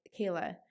Kayla